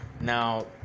now